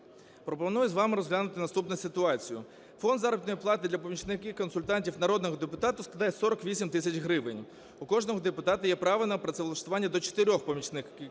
Пропоную з вами розглянути наступну ситуацію. Фонд заробітної плати для помічників-консультантів народних депутатів складає 48 тисяч гривень. У кожного депутата є право на працевлаштування до чотирьох